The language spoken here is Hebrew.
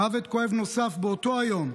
מוות כואב נוסף באותו היום,